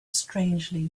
strangely